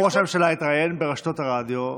היום ראש הממשלה התראיין ברשתות הרדיו,